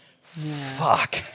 Fuck